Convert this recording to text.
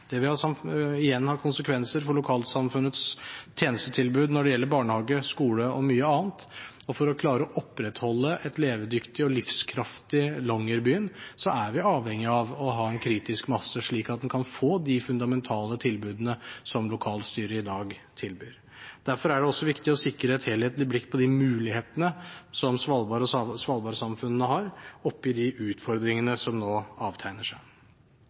Det vil igjen få konsekvenser for lokalsamfunnets tjenestetilbud når det gjelder barnehage, skole og mye annet. For å klare å opprettholde et levedyktig og livskraftig Longyearbyen er vi avhengig av å ha en kritisk masse, slik at vi kan få de fundamentale tilbudene som lokalstyret i dag tilbyr. Derfor er det også viktig å sikre et helhetlig blikk på de mulighetene som Svalbard og svalbardsamfunnene har når det gjelder de utfordringene som nå avtegner seg.